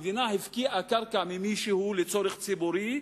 המדינה הפקיעה קרקע ממישהו לצורך ציבורי,